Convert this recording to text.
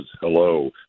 hello